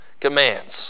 commands